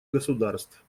государств